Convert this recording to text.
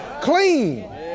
Clean